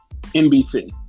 NBC